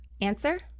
Answer